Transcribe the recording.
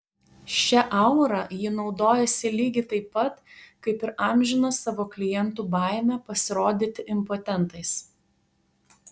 šia aura ji naudojosi lygiai taip pat kaip ir amžina savo klientų baime pasirodyti impotentais